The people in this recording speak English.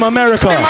America